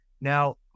Now